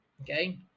Okay